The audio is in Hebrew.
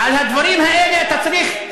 על הדברים האלה אתה צריך,